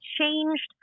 changed